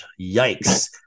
Yikes